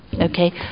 Okay